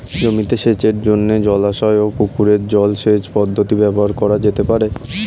জমিতে সেচের জন্য জলাশয় ও পুকুরের জল সেচ পদ্ধতি ব্যবহার করা যেতে পারে?